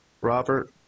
Robert